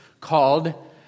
called